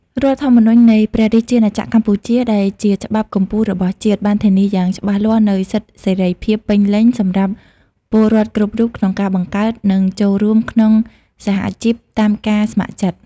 រដ្ឋធម្មនុញ្ញនៃព្រះរាជាណាចក្រកម្ពុជា ដែលជាច្បាប់កំពូលរបស់ជាតិ បានធានាយ៉ាងច្បាស់លាស់នូវសិទ្ធិសេរីភាពពេញលេញសម្រាប់ពលរដ្ឋគ្រប់រូបក្នុងការបង្កើត និងចូលរួមក្នុងសហជីពតាមការស្ម័គ្រចិត្ត។